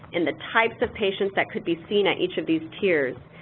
and the types of patients that could be seen at each of these tiers.